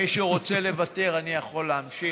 מי שרוצה לוותר, אני יכול להמשיך.